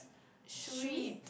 sweet